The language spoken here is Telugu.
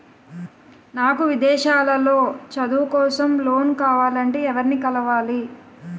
నాకు విదేశాలలో చదువు కోసం లోన్ కావాలంటే ఎవరిని కలవాలి?